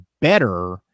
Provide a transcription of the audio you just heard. better